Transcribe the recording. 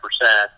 percent